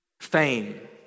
Fame